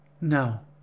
No